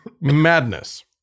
Madness